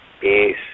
peace